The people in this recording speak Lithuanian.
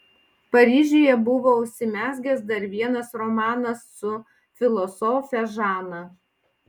paryžiuje buvo užsimezgęs dar vienas romanas su filosofe žana